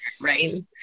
right